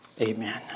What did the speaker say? amen